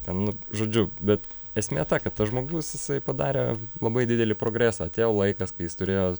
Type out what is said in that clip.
ten nu žodžiu bet esmė ta kad tas žmogus jisai padarė labai didelį progresą atėjo laikas kai jis turėjo